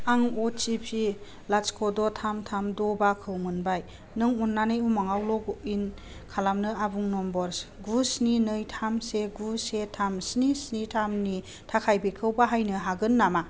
आं OTP लाथिख' द' थाम थाम द' बा खौ मोनबाय नों अन्नानै उमांआव लग इन खालामनो आबुं नम्बर गु स्नि नै थाम से गु से थाम स्नि स्नि थाम नि थाखाय बेखौ बाहायनो हागोन नामा